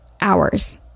hours